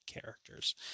characters